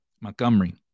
Montgomery